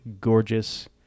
gorgeous